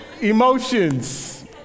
emotions